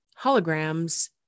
Holograms